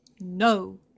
no